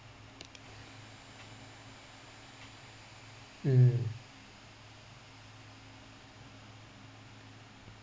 mm